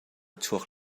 chuak